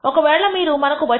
ఒకవేళ మీరు మనకు వచ్చిన 51